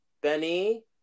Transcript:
Benny